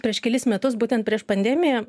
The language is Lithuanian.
prieš kelis metus būtent prieš pandemiją